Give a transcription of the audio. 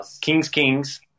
Kings-Kings